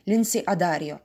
linsi adarijo